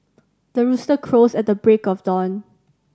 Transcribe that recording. the rooster crows at the break of dawn